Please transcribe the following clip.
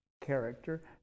character